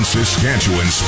Saskatchewan